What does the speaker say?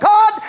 God